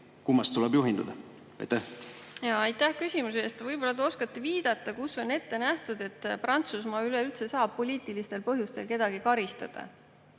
Kummast tuleb juhinduda? Aitäh,